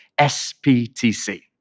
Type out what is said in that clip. SPTC